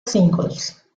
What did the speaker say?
singles